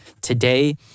today